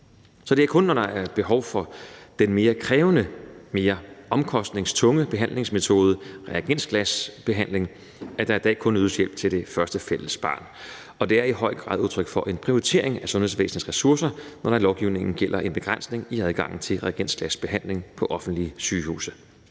Så det er kun, når der er behov for den mere krævende, mere omkostningstunge behandlingsmetode, reagensglasbehandling, at der i dag kun ydes hjælp til det første fælles barn, og det er i høj grad udtryk for en prioritering af sundhedsvæsenets ressourcer, når der i lovgivningen gælder en begrænsning i adgangen til reagensglasbehandling på offentlige sygehuse.